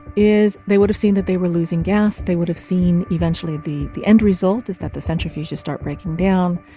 is they would have seen that they were losing gas. they would have seen, eventually, the the end result is that the centrifuges start breaking down.